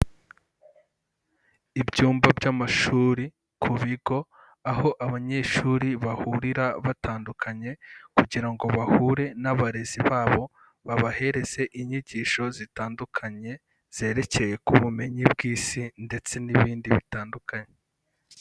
Ibyumba by'amashuri ku bigo, aho abanyeshuri bahurira batandukanye kugira ngo bahure n'abarezi babo, babahereze inyigisho zitandukanye zerekeye ku bumenyi bw'Isi, ndetse n'ibindi bitandukanye.